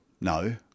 no